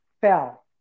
fell